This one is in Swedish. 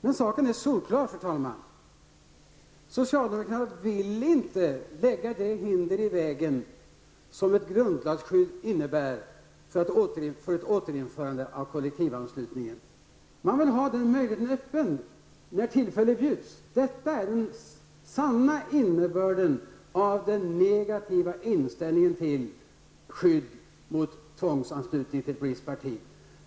Den saken är solklar. Socialdemokraterna vill inte lägga det hinder i vägen som ett grundlagsskydd innebär beträffande ett återinförande av kollektivanslutningen. Man vill ha den möjligheten när tillfälle bjuds. Det är den sanna innebörden av den negativa inställningen till ett skydd mot tvångsanslutning till ett visst parti.